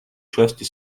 части